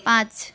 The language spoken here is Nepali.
पाँच